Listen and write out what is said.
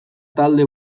talde